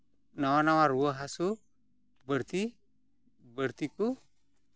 ᱱᱟᱣᱟ ᱱᱟᱣᱟ ᱨᱩᱣᱟᱹ ᱦᱟᱥᱩ ᱵᱟᱹᱲᱛᱤ ᱵᱟᱹᱲᱛᱤ ᱠᱩ